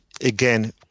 again